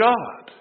God